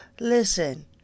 Listen